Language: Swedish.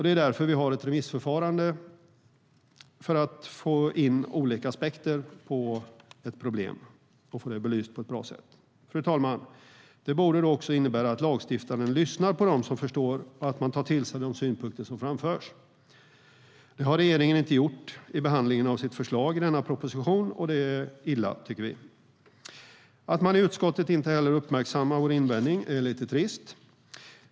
Det är därför vi har ett remissförfarande, för att få alla olika aspekter på ett problem belysta. Fru talman Det borde då också innebära att lagstiftaren lyssnar på dem som förstår och att man tar till sig de synpunkter som framförs. Det har regeringen inte gjort i behandlingen av sitt förslag till denna proposition, och det är illa. Att man i utskottet inte heller uppmärksammar vår invändning är lite trist.